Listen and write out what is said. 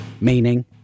meaning